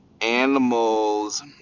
animals